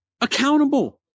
accountable